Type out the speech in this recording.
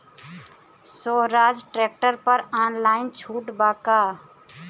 सोहराज tractor पर online छूट बा का?